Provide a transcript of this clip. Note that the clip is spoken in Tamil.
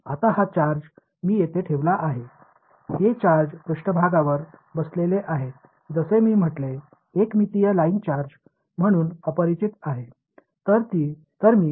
இப்போது நான் இங்கு வைத்திருந்த இந்த சார்ஜ் மேற்பரப்பில் இங்கே அமர்ந்திருக்கிறது இது ஒற்றை பரிமாண லைன் சார்ஜ் என நான் சொன்னேன்அது தெரியவில்லை